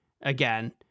again